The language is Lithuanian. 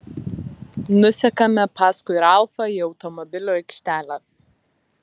nusekame paskui ralfą į automobilių aikštelę